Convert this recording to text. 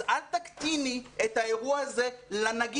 אז אל תקטיני את האירוע הזה לנגיף,